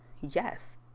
Yes